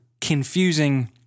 confusing